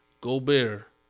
Gobert